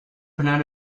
plein